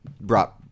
brought